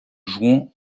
jouons